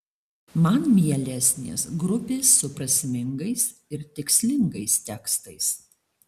man mielesnės grupės su prasmingais ir tikslingais tekstais